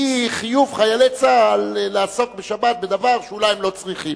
זה חיוב חיילי צה"ל לעסוק בשבת בדבר שאולי הם לא צריכים.